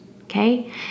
Okay